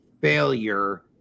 failure